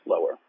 lower